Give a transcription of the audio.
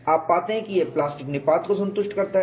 आप पाते हैं कि यह प्लास्टिक निपात को संतुष्ट करता है